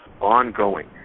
ongoing